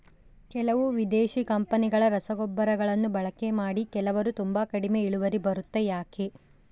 ಕೆಲವು ವಿದೇಶಿ ಕಂಪನಿಗಳ ರಸಗೊಬ್ಬರಗಳನ್ನು ಬಳಕೆ ಮಾಡಿ ಕೆಲವರು ತುಂಬಾ ಕಡಿಮೆ ಇಳುವರಿ ಬರುತ್ತೆ ಯಾಕೆ?